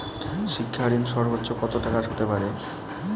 শিক্ষা ঋণ সর্বোচ্চ কত টাকার হতে পারে?